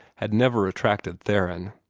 had never attracted theron.